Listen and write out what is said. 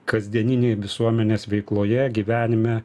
kasdieninėj visuomenės veikloje gyvenime